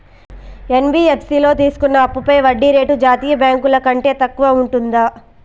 NBFC లో తీసుకున్న అప్పుపై వడ్డీ రేటు జాతీయ బ్యాంకు ల కంటే తక్కువ ఉంటుందా?